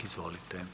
Izvolite.